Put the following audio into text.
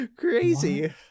crazy